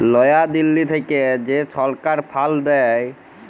লয়া দিল্লী থ্যাইকে যে ছরকার ফাল্ড দেয়